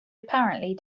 apparently